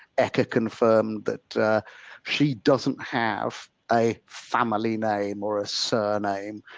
eka confirmed that she doesn't have a family name or a surname.